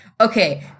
Okay